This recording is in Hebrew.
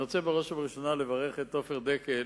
אני רוצה בראש ובראשונה לברך את עופר דקל